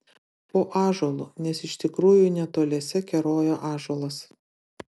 po ąžuolu nes iš tikrųjų netoliese kerojo ąžuolas